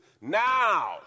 now